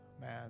man